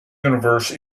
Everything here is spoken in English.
universe